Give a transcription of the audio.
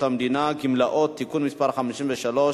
לתיקון פקודת בתי-הסוהר (מס' 44)